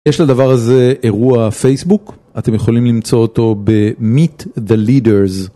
יש לדבר הזה אירוע פייסבוק, אתם יכולים למצוא אותו ב meet the leaders.